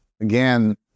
again